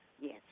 Yes